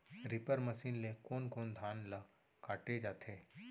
Reaper machine ले कोन कोन धान ल काटे जाथे?